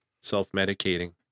self-medicating